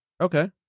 Okay